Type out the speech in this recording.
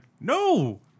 no